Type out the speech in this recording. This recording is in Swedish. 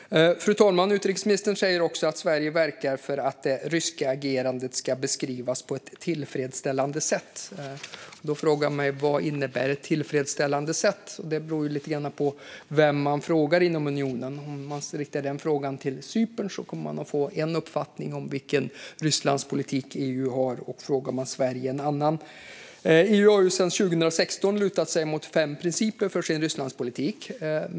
Fru talman! Utrikesministern säger också att Sverige verkar för att det ryska agerandet ska beskrivas på ett tillfredsställande sätt. Vad ett tillfredsställande sätt innebär beror lite grann på vem inom unionen man frågar. Riktar man frågan till Cypern får man en uppfattning om vilken Rysslandspolitik EU har, och frågar man Sverige får man en annan. EU har sedan 2016 lutat sig mot fem principer för sin Rysslandspolitik.